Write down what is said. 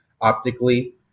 optically